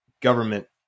government